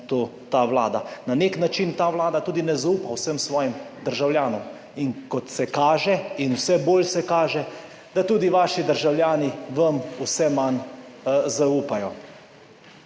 Na nek način ta vlada tudi ne zaupa vsem svojim državljanom in kot se vse bolj kaže, tudi vaši državljani vam vse manj zaupajo.